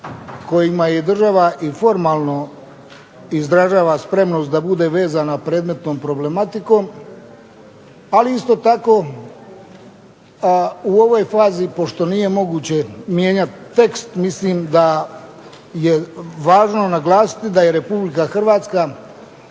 kojima država i formalno izražava spremnost da bude vezana predmetnom problematikom. Ali isto tako u ovoj fazi pošto nije moguće mijenjati tekst mislim da je važno naglasiti da je Republika Hrvatska